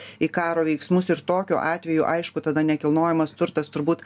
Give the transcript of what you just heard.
į karo veiksmus ir tokiu atveju aišku tada nekilnojamas turtas turbūt